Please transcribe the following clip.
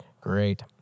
great